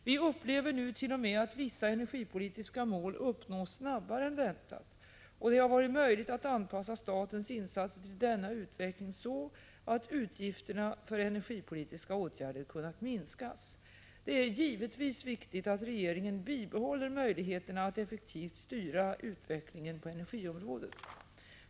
Vi upplever nu t.o.m. att vissa energipolitiska mål uppnås snabbare än väntat, och det har varit möjligt att anpassa statens insatser till denna utveckling så att utgifterna för energipolitiska åtgärder kunnat minskas. Det är givetvis viktigt att regeringen bibehåller möjligheterna att effektivt styra utvecklingen på energiområdet.